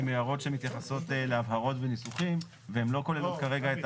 הן הערות שמתייחסות להבהרות וניסוחים והן לא כוללות כרגע את